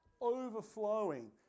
overflowing